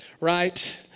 right